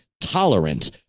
tolerant